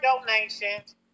donations